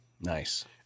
Nice